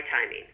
timing